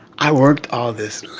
i worked all this